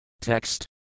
Text